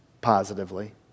positively